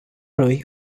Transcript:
lui